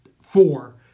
four